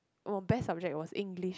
oh best subject was English